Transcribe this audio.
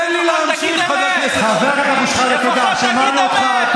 תן לי להמשיך, חבר הכנסת אבו שחאדה, שמענו אותך.